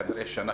כנראה,